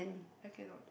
I cannot